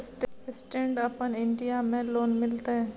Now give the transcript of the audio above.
Stand up India में loan मिलते?